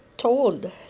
told